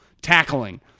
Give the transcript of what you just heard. tackling